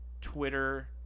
Twitter